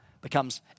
becomes